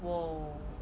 !wow!